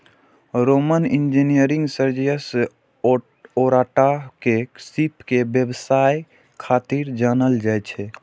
Roman engineer Sergius Orata के सीप के व्यवसाय खातिर जानल जाइ छै